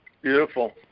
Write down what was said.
Beautiful